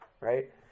right